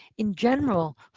in general,